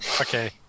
Okay